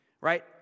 Right